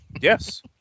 Yes